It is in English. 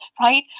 right